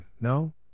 no